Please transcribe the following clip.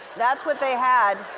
that's what they had.